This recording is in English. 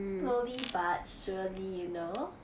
slowly but surely you know